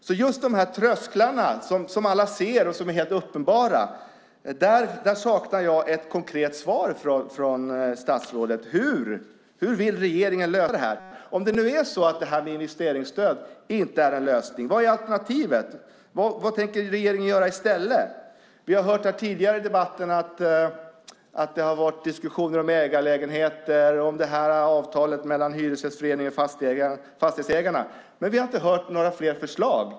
När det gäller dessa trösklar som är helt uppenbara saknar jag ett konkret svar från statsrådet på hur regeringen vill lösa detta. Om investeringsstöd inte är en lösning, vad är då alternativet? Vad tänker regeringen göra i stället? Vi har i en tidigare debatt hört diskussioner om ägarlägenheter, om avtalet mellan Hyresgästföreningen och Fastighetsägarna, men vi har inte hört några fler förslag.